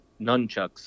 nunchucks